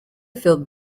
filled